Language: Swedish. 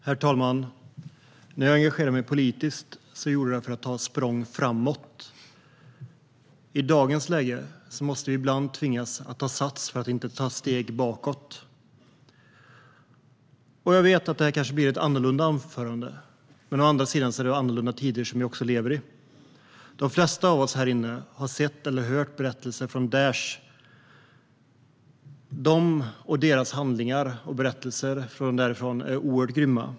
Herr talman! När jag engagerade mig politiskt gjorde jag det för att ta ett språng framåt. I dagens läge måste vi ibland ta sats för att inte ta ett steg bakåt. Jag vet att detta blir ett annorlunda anförande, men vi lever också i annorlunda tider. De flesta av oss här inne har sett och hört berättelser om Daishs oerhört grymma handlingar.